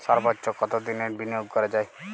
সর্বোচ্চ কতোদিনের বিনিয়োগ করা যায়?